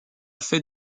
fait